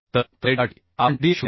तर फक्त प्लेटसाठी आपण TDN 0